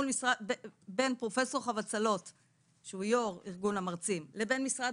בין פרופ' חבצלות שהוא יו"ר ארגון המרצים לבין משרד